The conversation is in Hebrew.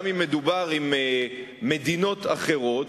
גם אם מדובר עם מדינות אחרות,